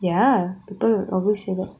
ya people will always say that